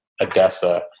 Odessa